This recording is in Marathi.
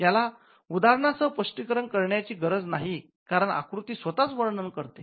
याला उदाहरणासह स्पष्ट करण्याची गरज नाही कारण आकृती स्वतःच वर्णन करत आहे